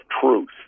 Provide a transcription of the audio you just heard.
truth